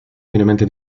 finemente